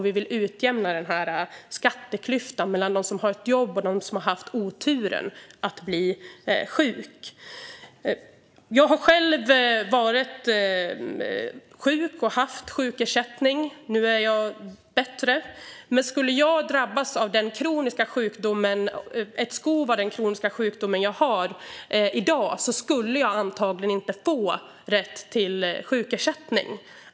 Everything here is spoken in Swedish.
Vi vill dessutom utjämna skatteklyftan mellan dem som har jobb och dem som har haft oturen att bli sjuka. Jag har själv varit sjuk och haft sjukersättning. Nu är jag bättre. Skulle jag drabbas av ett skov av den kroniska sjukdom jag har skulle jag i dag antagligen inte få rätt till sjukersättning.